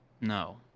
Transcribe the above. No